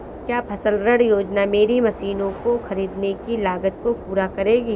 क्या फसल ऋण योजना मेरी मशीनों को ख़रीदने की लागत को पूरा करेगी?